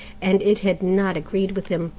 and it had not agreed with him,